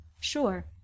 Sure